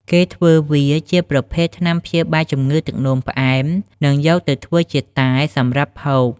គេធ្វើវាជាប្រភេទថ្នាំព្យាបាលជំងឺទឹកនោមផ្អែម និងយកទៅធ្វើជាតែសម្រាប់ហូប។